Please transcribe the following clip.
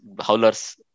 howlers